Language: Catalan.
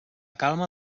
calma